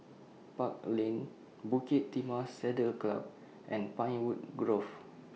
Park Lane Bukit Timah Saddle Club and Pinewood Grove